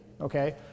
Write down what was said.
okay